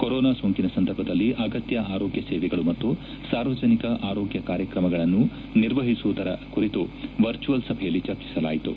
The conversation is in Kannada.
ಕೊರೊನಾ ಸೋಂಕಿನ ಸಂದರ್ಭದಲ್ಲಿ ಆಗತ್ಯ ಆರೋಗ್ಯ ಸೇವೆಗಳು ಮತ್ತು ಸಾರ್ವಜನಿಕ ಆರೋಗ್ಯ ಕಾರ್ಯಕ್ರಮಗಳನ್ನು ನಿರ್ವಹಿಸುವುದರ ಕುರಿತು ವರ್ಚುವಲ್ ಸಭೆಯಲ್ಲಿ ಚರ್ಚಿಸಲಾಯಿತು